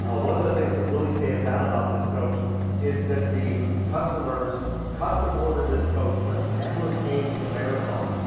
ah one of the things that really stands out about this coach is that the customers custom ordered this coach but never came to marathon.